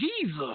Jesus